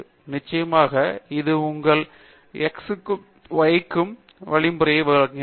நிச்சயமாக இது உங்களுக்கு க்ஸ் மற்றும் ஒய் இன் வழிமுறையை வழங்குகிறது